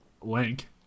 link